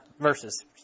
verses